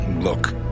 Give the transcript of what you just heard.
Look